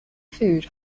food